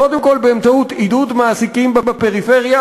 קודם כול באמצעות עידוד מעסיקים בפריפריה